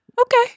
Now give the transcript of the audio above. Okay